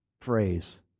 phrase